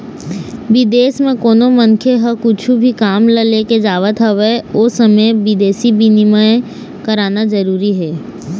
बिदेस म कोनो मनखे ह कुछु भी काम ल लेके जावत हवय ओ समे बिदेसी बिनिमय कराना जरूरी होथे